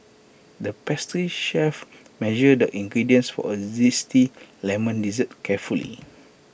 the pastry chef measured the ingredients for A Zesty Lemon Dessert carefully